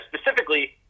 specifically